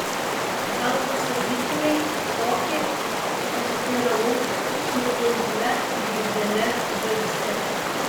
gal pasakytumei kokį pasiteiravau su irzlia gaidele balse